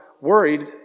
worried